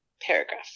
paragraph